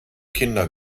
kinder